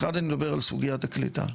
אחד, אני מדבר על סוגיית הקליטה.